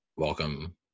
welcome